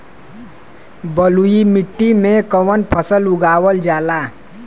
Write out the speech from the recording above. बलुई मिट्टी में कवन फसल उगावल जाला?